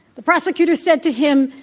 the prosecutor said to him,